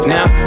Now